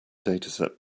dataset